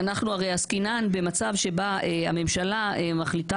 אנחנו הרי עסקינן במצב שבו הממשלה מחליטה